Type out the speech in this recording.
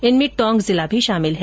इनमें टोंक जिला भी शामिल है